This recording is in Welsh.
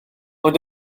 ond